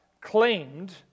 claimed